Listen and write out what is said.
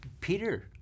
Peter